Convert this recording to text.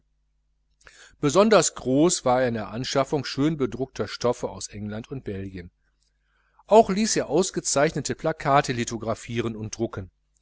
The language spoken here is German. besonders groß war er in der anschaffung schön bedruckter stoffe aus england und belgien auch ließ er ausgezeichnete plakate lithographieren und drucken